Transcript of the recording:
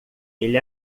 ele